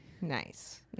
Nice